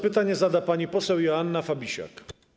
Pytanie zada pani poseł Joanna Fabisiak.